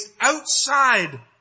outside